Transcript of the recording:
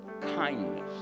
kindness